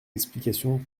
explications